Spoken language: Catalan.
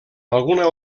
alguna